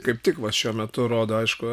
kaip tik va šiuo metu rodo aišku